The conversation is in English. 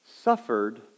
suffered